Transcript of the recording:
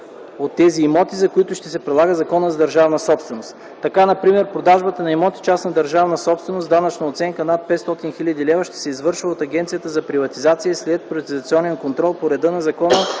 от тези имоти, за които ще се прилага Законът за държавната собственост. Така например продажбата на имоти – частна държавна собственост, с данъчна оценка над 500 хил. лв. ще се извършва от Агенцията за приватизация и следприватизационен контрол по реда на Закона